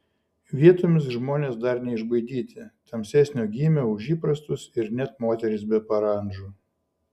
vietomis žmonės dar neišbaidyti tamsesnio gymio už įprastus ir net moterys be parandžų